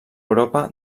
europa